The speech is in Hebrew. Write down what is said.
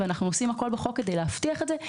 ואנחנו עושים הכול בחוק כדי להבטיח את זה.